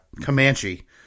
Comanche